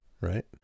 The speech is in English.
right